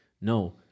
No